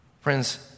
Friends